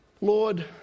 Lord